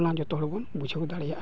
ᱚᱱᱟ ᱡᱚᱛᱚ ᱦᱚᱲᱵᱚᱱ ᱵᱩᱡᱷᱟᱹᱣ ᱫᱟᱲᱮᱭᱟᱜᱼᱟ